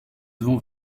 devons